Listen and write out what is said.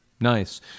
Nice